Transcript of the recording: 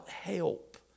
help